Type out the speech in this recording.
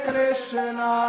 Krishna